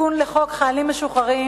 תיקון לחוק חיילים משוחררים,